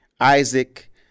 Isaac